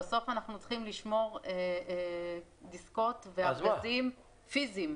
בסוף אנחנו צריכים לשמור דיסקות וארגזים פיזיים,